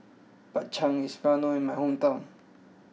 Bak Chang is well known in my hometown